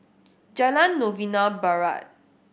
Jalan Novena Barat